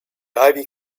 ivy